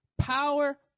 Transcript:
power